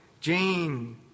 Jane